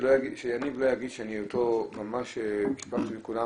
שיניב לא יגיד שאני אותו ממש קיפחתי מכולם,